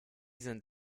sind